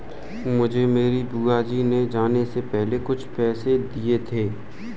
मुझे मेरी बुआ जी ने जाने से पहले कुछ पैसे दिए थे